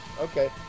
Okay